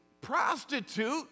prostitute